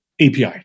API